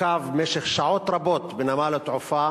עוכב במשך שעות רבות בנמל התעופה,